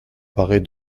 paraît